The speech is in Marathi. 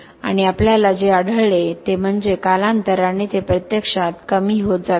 आणि आम्हाला जे आढळले ते म्हणजे कालांतराने ते प्रत्यक्षात कमी होत जाते